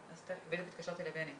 אז אנחנו נוכל לבלום